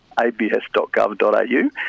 abs.gov.au